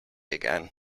again